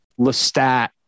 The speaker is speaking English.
Lestat